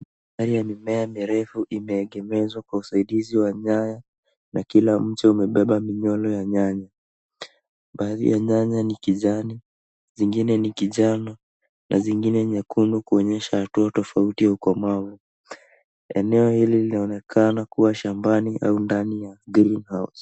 Baadhi ya mimea mirefu imeegemezwa kwa usaidizi wa nyaya na kila mche umebeba minyolo ya nyanya. Baadhi ya nyanya ni kijani, zingine ni kijano, na zingine nyekundu kuonyesha hatua tofauti ya ukomavu. Eneo hili linaonekana kuwa shambani au ndani ya greenhouse .